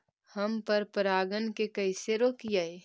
हम पर परागण के कैसे रोकिअई?